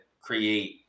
create